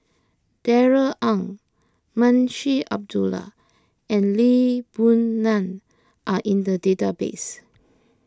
Darrell Ang Munshi Abdullah and Lee Boon Ngan are in the database